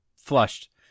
flushed